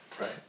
Right